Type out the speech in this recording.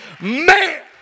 man